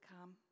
come